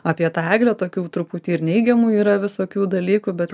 apie tą eglę tokių truputį ir neigiamų yra visokių dalykų bet